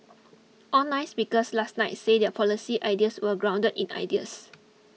all nine speakers last night said their policy ideas were grounded in ideals